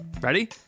Ready